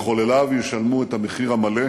מחולליו ישלמו את המחיר המלא.